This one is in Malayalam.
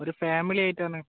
ഒരു ഫാമിലിയായിട്ടാണ്